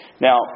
Now